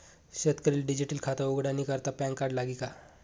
शेतकरीले डिजीटल खातं उघाडानी करता पॅनकार्ड लागी का?